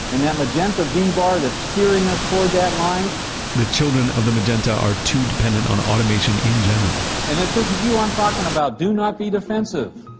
and that magenta bar that's steering us toward that line the children of the magenta are too dependent on automation in general and if this is you i'm talkin' about, do not be defensive.